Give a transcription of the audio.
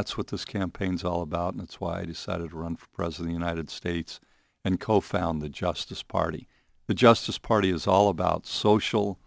that's what this campaign is all about and that's why i decided to run for president united states and co found the justice party the justice party is all about social